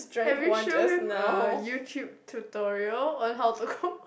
have you show him uh YouTube tutorial on how to cook